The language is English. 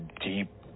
deep